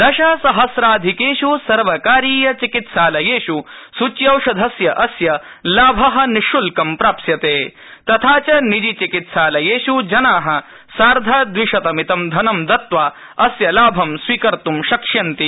दशसहस्राधिकेषु सर्वकारीय चिकित्सालयेषु सूच्यौषधस्यास्य लाभ निश्शुल्कं प्राप्स्यते तथा च निजीचिकित्सालयेषु जना सार्धद्विशतमितं धनं दत्त्वा अस्य लाभं स्वीकर्त ं शक्ष्यन्ति